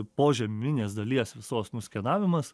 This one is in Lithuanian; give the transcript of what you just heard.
požeminės dalies visos nuskenavimas